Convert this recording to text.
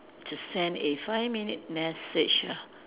to send a five minute message ah